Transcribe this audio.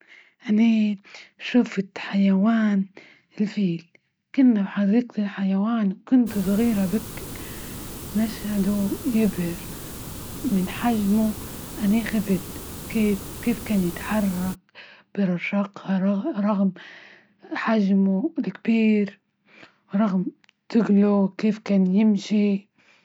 أني شفت حيوان الفيل ،كنا بحديقة الحيوان كنت صغيرة بكل، مشهد يبهر من حجمه أنا خفت كيف -كيف كان يتحرك برشاقة؟ ر-ر-رغم حجمه الكبير، و رغم شكلة كيف كان يمشي.